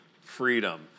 freedom